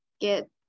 get